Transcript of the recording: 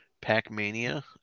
Pac-Mania